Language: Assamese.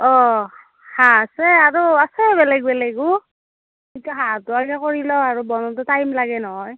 অ' হাঁহ আছে আৰু আছে বেলেগ বেলেগো এতিয়া হাঁহটো আগে কৰি লওঁ আৰু বনাওঁতে টাইম লাগে নহয়